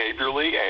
behaviorally